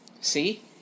See